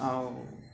ଆଉ